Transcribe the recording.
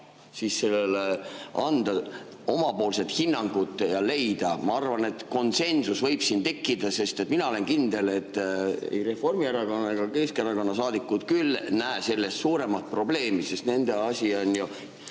saa sellele anda omapoolset hinnangut? Ma arvan, et konsensus võib siin tekkida, sest mina olen kindel, et ei Reformierakonna ega Keskerakonna saadikud näe sellest suuremat probleemi, sest neil on vaja